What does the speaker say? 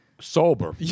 sober